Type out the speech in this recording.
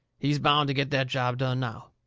he's bound to get that job done, now.